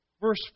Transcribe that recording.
Verse